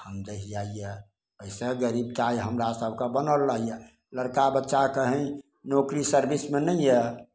धान दहि जाइए एहिसँ गरिबताइ हमरासभकेँ बनल रहैए लड़का बच्चा कहीँ नौकरी सर्विसमे नहि यऽ